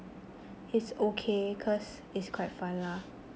it's okay cause it's quite fun lah